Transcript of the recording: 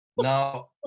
Now